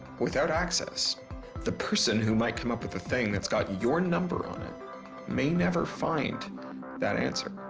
without access the person who might come up with the thing thats got your number on it may never find that answer.